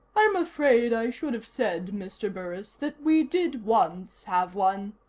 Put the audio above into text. i'm afraid i should have said, mr. burris, that we did once have one,